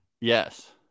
yes